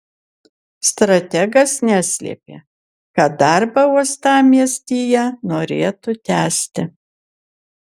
strategas neslėpė kad darbą uostamiestyje norėtų tęsti